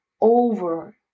over